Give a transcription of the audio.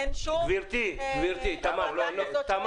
אין שום החלטה כזאת של ה-FDA.